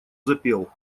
запел